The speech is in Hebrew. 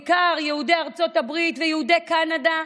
בעיקר יהודי ארצות הברית ויהודי קנדה,